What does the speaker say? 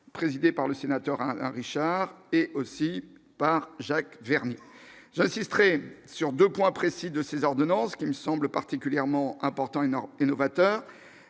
présidée par le sénateur Alain Richard et aussi par Jacques Vernier insisterai sur 2 points précis de ces ordonnances qui me semble particulièrement important énorme et novateur